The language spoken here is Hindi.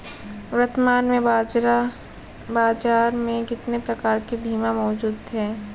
वर्तमान में बाज़ार में कितने प्रकार के बीमा मौजूद हैं?